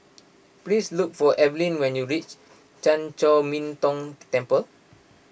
please look for Evalyn when you reach Chan Chor Min Tong Temple